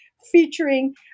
featuring